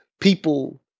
people